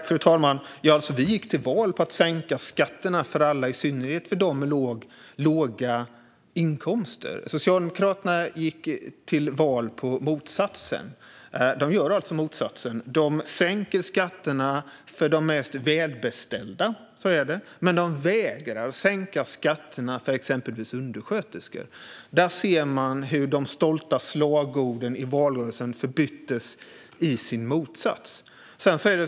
Fru talman! Vi gick till val på att sänka skatterna för alla, i synnerhet för dem med låga inkomster. Socialdemokraterna gick till val på motsatsen. De gör alltså motsatsen: De sänker skatterna för de mest välbeställda - så är det - men vägrar att sänka skatterna för exempelvis undersköterskor. Där ser man hur de stolta slagorden i valrörelsen förbyttes till sin motsats.